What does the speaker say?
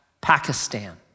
Pakistan